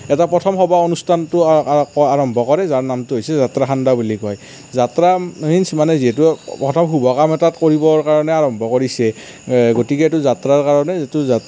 এটা প্ৰথম সবাহ অনুষ্ঠানটো আৰম্ভ কৰে যাৰ নামটো হৈছে যাত্ৰা খন্দা বুলি কয় যাত্ৰা মিন্চ মানে যিহেতু প্ৰথম শুভ কাম এটা কৰিবৰ কাৰণে আৰম্ভ কৰিছে গতিকে এইটো যাত্ৰাৰ কাৰণে এইটো